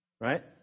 Right